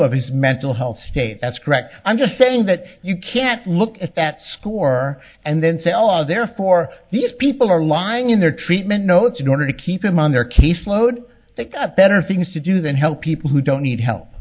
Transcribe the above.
of his mental health state that's correct i'm just saying that you can't look at that score and then say all are there for these people are lying in their treatment notes in order to keep them on their caseload that got better things to do than help people who don't need help